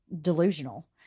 delusional